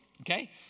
okay